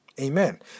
Amen